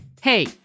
Hey